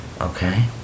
okay